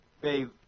Babe